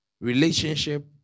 relationship